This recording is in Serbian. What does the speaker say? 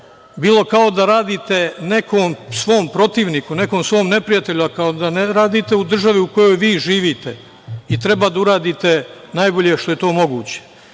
bilo kao da radite nekom svom protivniku, nekom svom neprijatelju, kao da ne radite u državi u kojoj vi živite i treba da uradite najbolje što je to moguće.